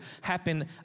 happen